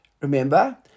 remember